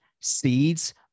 seeds